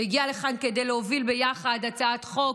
היא הגיעה לכאן כדי להוביל ביחד הצעת חוק,